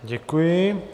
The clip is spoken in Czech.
Děkuji.